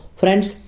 friends